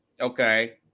Okay